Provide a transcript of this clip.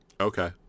okay